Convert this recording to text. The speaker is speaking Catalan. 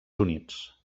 units